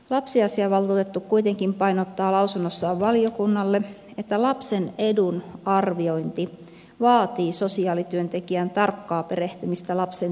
lapsiasiavaltuutettu kuitenkin painottaa lausunnossaan valiokunnalle että lapsen edun arviointi vaatii sosiaalityöntekijän tarkkaa perehtymistä lapsen tilanteeseen